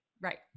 Right